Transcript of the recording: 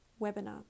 webinar